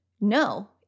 no